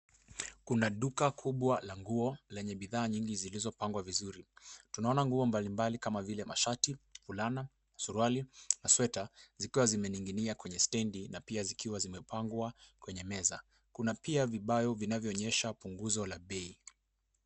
Kuna duka kubwa la nguo lenye bidhaa nyingi zilizopangwa vizuri. Tunaona nguo mbalimbali kama vile mashati, fulana, suruali na sweta zikiwa zimening'inia kwenye stendi na pia zikiwa zimepangwa kwenye meza. Kuna pia vibao vinavyoonyesha punguzo la bei.